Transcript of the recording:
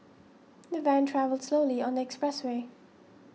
the van travelled slowly on the expressway